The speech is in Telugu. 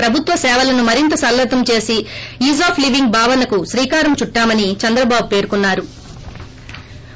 ప్రభుత్వ సేవలను మరింత సరళతరం చేసి ఈజ్ ఆఫ్ లీవింగ్ భావనకు శ్రీకారం చుట్టామని చంద్రబాబు పేర్కొన్నారు